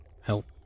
help